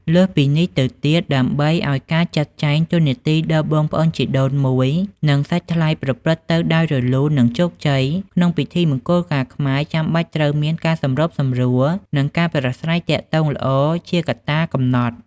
លើសពីនេះទៅទៀតដើម្បីឱ្យការចាត់ចែងតួនាទីដល់បងប្អូនជីដូនមួយ និងសាច់ថ្លៃប្រព្រឹត្តទៅដោយ រលូន និងជោគជ័យ ក្នុងពិធីមង្គលការខ្មែរ ចាំបាច់ត្រូវមាន ការសម្របសម្រួល និងការប្រាស្រ័យទាក់ទងល្អ ជាកត្តាកំណត់។